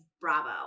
Bravo